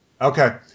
Okay